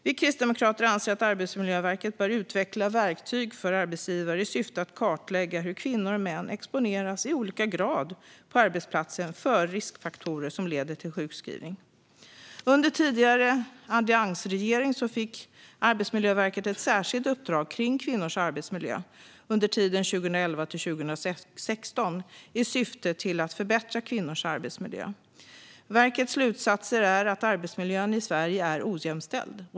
Vi kristdemokrater anser att Arbetsmiljöverket bör utveckla verktyg för arbetsgivare i syfte att kartlägga hur kvinnor och män i olika grad på arbetsplatsen exponeras för riskfaktorer som leder till sjukskrivning. Under den tidigare alliansregeringen fick Arbetsmiljöverket under 2011-2016 ett särskilt uppdrag rörande kvinnors arbetsmiljö, i syfte att förbättra kvinnors arbetsmiljö. Verkets slutsatser är att arbetsmiljön i Sverige är ojämställd.